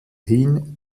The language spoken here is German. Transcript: hin